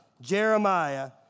Jeremiah